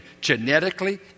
genetically